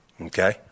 okay